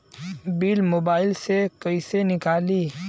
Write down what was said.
Bill mobile से कईसे निकाली?